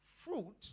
fruit